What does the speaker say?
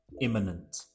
imminent